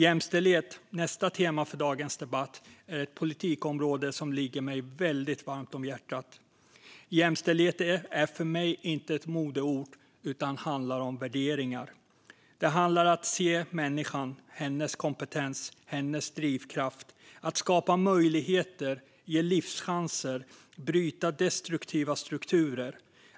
Jämställdhet, nästa tema för dagens debatt, är ett politikområde som ligger mig väldigt varmt om hjärtat. Jämställdhet är för mig inte ett modeord utan handlar om värderingar. Det handlar om att se människan, hennes kompetens och drivkraft, och om att skapa möjligheter, ge livschanser och bryta destruktiva strukturer.